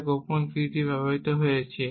যা গোপন কীটিতে ব্যবহৃত হয়েছে